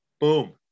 Boom